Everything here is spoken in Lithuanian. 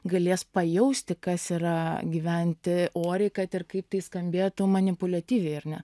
galės pajausti kas yra gyventi oriai kad ir kaip tai skambėtų manipuliatyviai ar ne